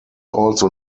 also